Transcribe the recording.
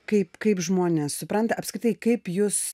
kaip kaip žmonės supranta apskritai kaip jus